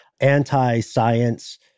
anti-science